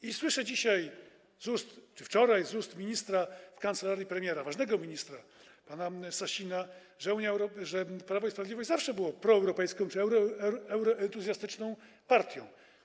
I słyszę dzisiaj, czy wczoraj, z ust ministra w kancelarii premiera, ważnego ministra, pana Sasina, że Prawo i Sprawiedliwość zawsze było proeuropejską czy euroentuzjastyczną partią.